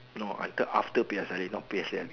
no I thought after P_S_L_E not P_S_L_E